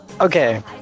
Okay